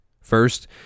First